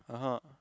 (uh huh)